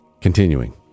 Continuing